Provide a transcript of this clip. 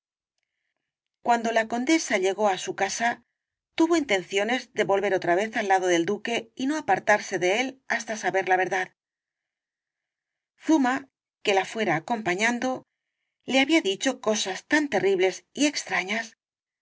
cuando la condesa llegó á su casa tuvo intenciones de volver otra vez al lado del duque y no apartarse de él hasta saber la verdad zuma que la fuera acompañando le había dicho cosas tan terribles y extrañas